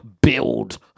build